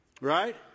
Right